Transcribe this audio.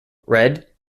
red